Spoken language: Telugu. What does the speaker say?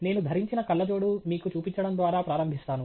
నేను ధరించిన కళ్ళ జోడు మీకు చూపించడం ద్వారా ప్రారంభిస్తాను